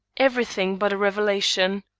every thing but a revelation.